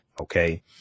okay